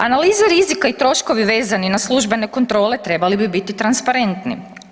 Analiza rizika i troškovi vezani na službene kontrole, trebali bi biti transparentniji.